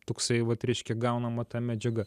toksai vat reiškia gaunama ta medžiaga